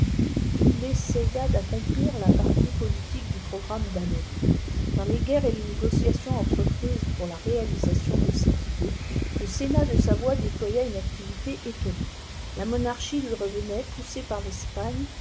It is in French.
il essaya d'accomplir la partie politique du programme d'allery dans les guerres et les négociations entreprises pour la réalisation de cette idée le sénat de savoie déploya une activité étonnante la monarchie lui revenait poussée par l'espagne